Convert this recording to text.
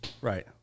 Right